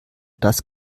das